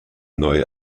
neu